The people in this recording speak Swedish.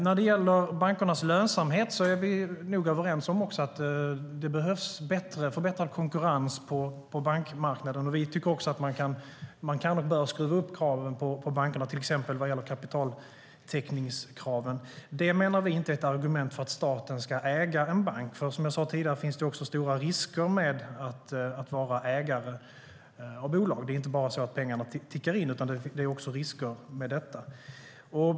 När det gäller bankernas lönsamhet är vi nog överens om att det behövs en förbättrad konkurrens på bankmarknaden. Vi tycker också att man kan och bör skruva upp kraven på bankerna, till exempel vad gäller kapitaltäckningskraven. Det menar vi inte är ett argument för att staten ska äga en bank. Som jag sade tidigare finns det stora risker med att vara ägare av bolag. Det är inte bara så att pengarna tickar in. Det är också risker med detta.